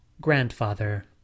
Grandfather